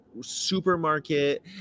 supermarket